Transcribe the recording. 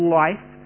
life